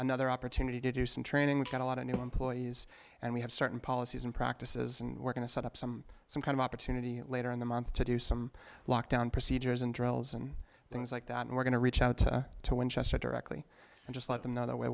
another opportunity to do some training and a lot of new employees and we have certain policies and practices and we're going to set up some some kind of opportunity later in the month to do some lockdown procedures and drills and things like that and we're going to reach out to winchester directly and just let them know their way